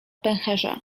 pęcherza